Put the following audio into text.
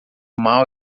mal